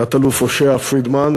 תת-אלוף הושע פרידמן.